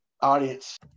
audience